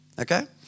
okay